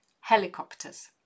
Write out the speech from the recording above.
helicopters